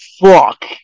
fuck